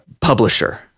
publisher